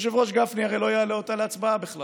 היושב-ראש גפני הרי לא יעלה אותה בכלל להצבעה.